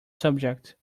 subject